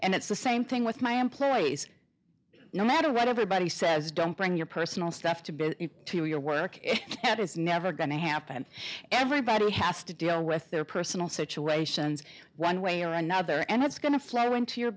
and it's the same thing with my employees no matter what everybody says don't bring your personal stuff to be to your work is never going to happen everybody has to deal with their personal situations one way or another and that's going to flow into your